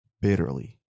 bitterly